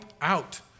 out